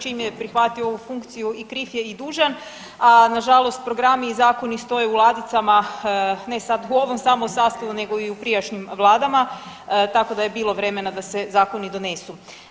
Čim je prihvatio ovu funkciju i kriv je i dužan, a na žalost programi i zakoni stoje u ladicama ne sad u ovom samo sastavu, nego i u prijašnjim vladama tako da je bilo vremena da se zakoni donesu.